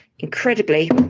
incredibly